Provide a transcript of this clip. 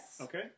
Okay